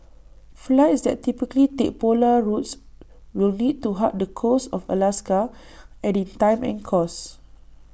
flights that typically take polar routes will need to hug the coast of Alaska adding time and cost